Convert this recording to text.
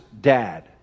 dad